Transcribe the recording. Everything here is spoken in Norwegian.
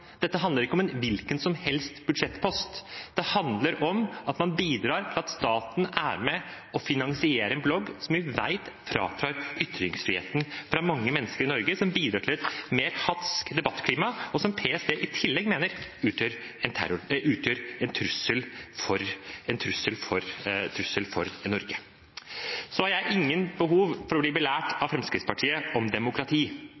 Dette handler ikke om en hvilken som helst budsjettpost. Det handler om at man bidrar til at staten er med og finansierer en blogg som vi vet fratar mange mennesker i Norge ytringsfriheten, som bidrar til et mer hatsk debattklima, og som PST i tillegg mener utgjør en trussel for Norge. Jeg har ingen behov for å bli belært